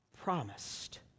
Promised